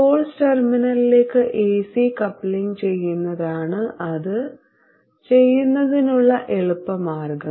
source ടെർമിനലിലേക്ക് AC coupling ചെയ്യുന്നതാണ് അത് ചെയ്യുന്നതിനുള്ള എളുപ്പ മാർഗം